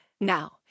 Now